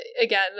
again